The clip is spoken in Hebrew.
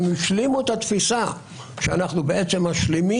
הם השלימו את התפיסה שאנחנו בעצם משלימים